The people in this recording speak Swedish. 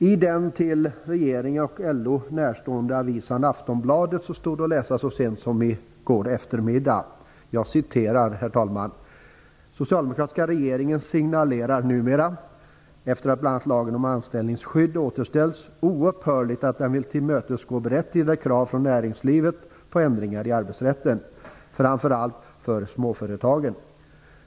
I den regeringen och LO närstående avisan Aftonbladet stod det att läsa så sent som i går eftermiddag: "S-regeringen signalerar numera, efter att bl a lagen om anställningsskydd, Las, återställts, oupphörligt att den vill tillmötesgå berättigade krav från näringslivet på ändringar i arbetsrätten. Framför allt för småföretagen.